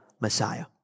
Messiah